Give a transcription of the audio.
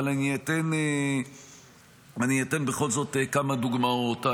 אבל אתן בכל זאת כמה דוגמאות.